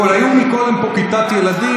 היו פה קודם כיתת ילדים.